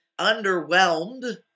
underwhelmed